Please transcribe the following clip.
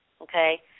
Okay